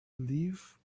leave